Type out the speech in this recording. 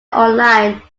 online